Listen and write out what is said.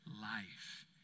life